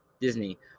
Disney